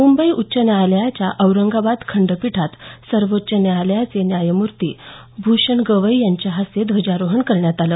मुंबई उच्च न्यायालयाच्या औरंगाबाद खंडपीठात सर्वोच्च न्यायालयाचे न्यायमूर्ती भूषण गवई यांच्या हस्ते ध्वजारोहण करण्यात आलं